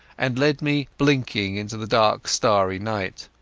and led me blinking into the dark starry night.